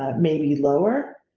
ah maybe lower.